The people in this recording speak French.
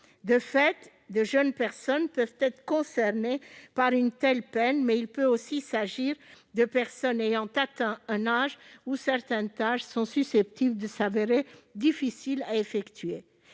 De fait, de jeunes personnes peuvent être concernées par une telle peine, mais il peut aussi s'agir de personnes ayant atteint un âge où certaines tâches sont susceptibles de s'avérer difficiles à effectuer.